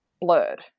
blurred